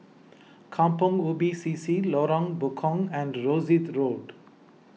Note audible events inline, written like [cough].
Kampong Ubi C C Lorong [unintelligible] and Rosyth Road